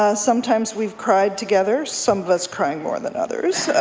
ah sometimes we've cried together, some of us crying more than others.